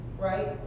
right